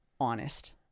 honest